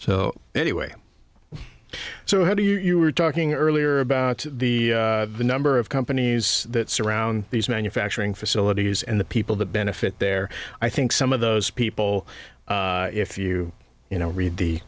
so anyway so how do you you were talking earlier about the number of companies that surround these manufacturing facilities and the people the benefit there i think some of those people if you you know read